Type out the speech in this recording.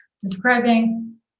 describing